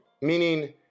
meaning